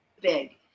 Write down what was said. Big